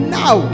now